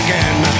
Again